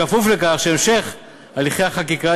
כפוף לכך שהמשך הליכי החקיקה,